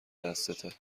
دستته